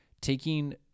taking